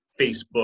Facebook